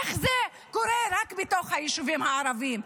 איך זה קורה רק בתוך היישובים הערביים?